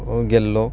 गेल्लो